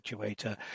actuator